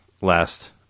last